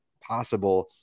possible